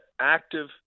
active